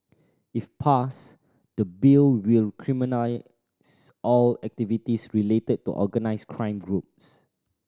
if passed the Bill will all activities related to organised crime groups